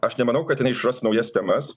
aš nemanau kad jinai išras naujas temas